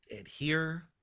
adhere